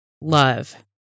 love